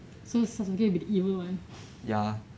so sasuke will be the evil [one]